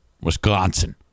Wisconsin